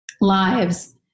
lives